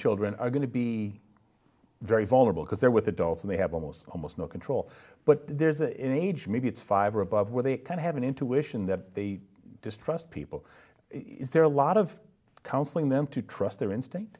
children are going to be very vulnerable because they're with adults and they have almost almost no control but there's a age maybe it's five or above where they kind of have an intuition that they distrust people is there a lot of counseling them to trust their instinct